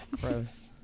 Gross